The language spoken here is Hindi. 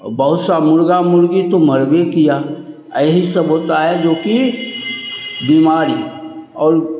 और बहुत से मुर्ग़ा मुर्ग़ी तो मरे किया यही सब होता है जोकि बीमारी और